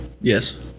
Yes